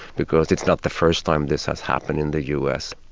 because it's not the first time this has happened in the us.